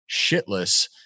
shitless